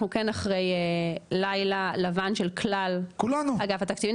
אנחנו כן אחרי לילה לבן של כלל אגף התקציבים.